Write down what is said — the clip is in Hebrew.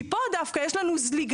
כי פה דווקא יש לנו זליגה,